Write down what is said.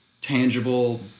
tangible